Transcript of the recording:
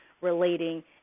relating